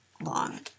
long